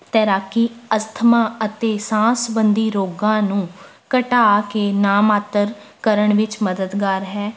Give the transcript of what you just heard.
ਤੈਰਾਕੀ ਅਸਥਮਾ ਅਤੇ ਸਾਹ ਸੰਬੰਧੀ ਰੋਗਾਂ ਨੂੰ ਘਟਾ ਕੇ ਨਾ ਮਾਤਰ ਕਰਨ ਵਿੱਚ ਮਦਦਗਾਰ ਹੈ